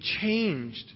changed